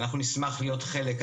אנחנו נשמח להיות חלק,